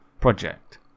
project